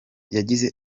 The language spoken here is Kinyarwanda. yagize